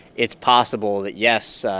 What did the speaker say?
it's possible that, yes,